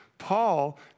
Paul